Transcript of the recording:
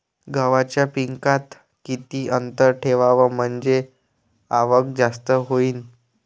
गव्हाच्या पिकात किती अंतर ठेवाव म्हनजे आवक जास्त होईन?